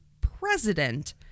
president